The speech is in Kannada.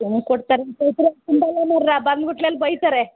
ತುಂಬಿ ಕೊಡ್ತಾರೆ ಅಂತ ಹೇಳ್ತಾರೆ ತುಂಬಲ್ಲ ಮಾರ್ರೆ ಬಂದ್ಬುಟ್ಟು ಅಲ್ಲಿ ಬೈತಾರೆ